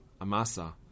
Amasa